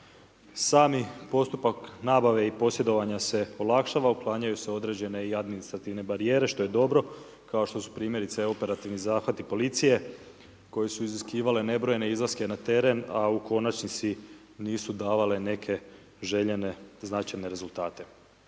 Sami postupak nabave i posjedovanja se olakšava, otklanjaju se određene administrativne barijere što je dobro, kao što su primjerice operativni zahvati policije koji su iziskivali nebrojene izlaske na teren, a u konačnici nisu davale neke željene značajne rezultate.